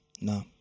No